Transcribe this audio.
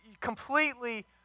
completely